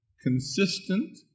consistent